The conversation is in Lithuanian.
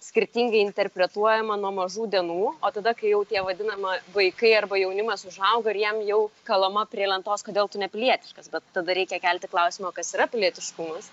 skirtingai interpretuojama nuo mažų dienų o tada kai jau tie vadinama vaikai arba jaunimas užauga ir jam jau kalama prie lentos kodėl tu nepilietiškas bet tada reikia kelti klausimą o kas yra pilietiškumas